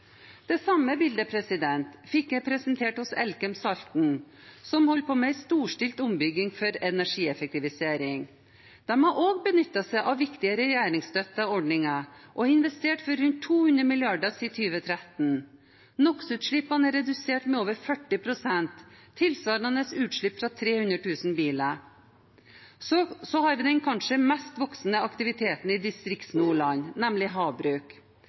Det samme bildet fikk jeg presentert hos Elkem Salten, som holder på med en storstilt ombygging for energieffektivisering. De har også benyttet seg av viktige regjeringsstøttede ordninger og investert for rundt 2 mrd. kr siden 2013. NOx-utslippene er redusert med over 40 pst. – tilsvarende utslipp fra 300 000 biler. Så har vi den kanskje mest voksende aktiviteten i Distrikts-Nordland, nemlig havbruk.